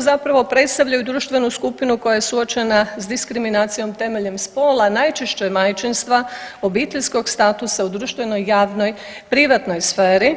Zapravo predstavljaju društvenu skupinu koja je suočena s diskriminacijom temeljem spola najčešće majčinstva, obiteljskog statusa u društvenoj, javnoj, privatnoj sferi,